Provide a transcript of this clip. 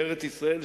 בארץ-ישראל,